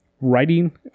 writing